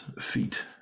feet